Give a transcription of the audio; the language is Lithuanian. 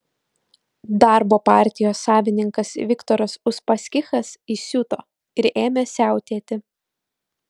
darbo partijos savininkas viktoras uspaskichas įsiuto ir ėmė siautėti